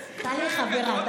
טלי חברה.